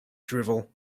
drivel